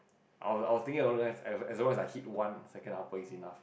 I I was thinking along the line as as long as I hit one second upper is enough